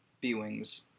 B-Wings